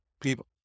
people